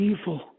evil